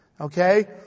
Okay